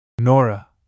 Nora